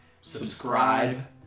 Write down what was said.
Subscribe